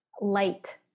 Light